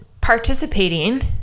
participating